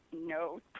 no